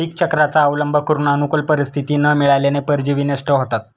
पीकचक्राचा अवलंब करून अनुकूल परिस्थिती न मिळाल्याने परजीवी नष्ट होतात